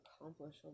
accomplish